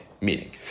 Meaning